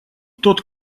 тот